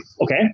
Okay